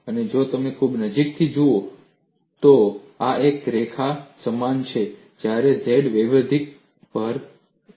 અને જો તમે ખૂબ નજીકથી જુઓ તો આ રેખાઓ સમાન હોય છે જ્યારે z વૈવિધ્યસભર હોય છે